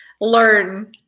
learn